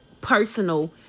personal